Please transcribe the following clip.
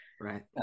right